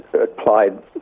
applied